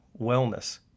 wellness